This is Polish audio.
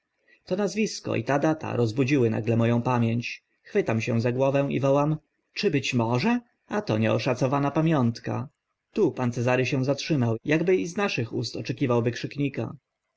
to nazwisko i ta data rozbudziły nagle mo ą pamięć chwytam się za głowę i wołam czy być może a to nieoszacowana pamiątka tu pan cezary się zatrzymał akby i z naszych ust oczekiwał wykrzyknika